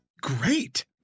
great